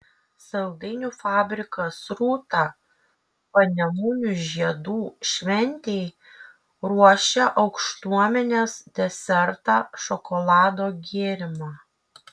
saldainių fabrikas rūta panemunių žiedų šventei ruošia aukštuomenės desertą šokolado gėrimą